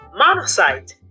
Monocyte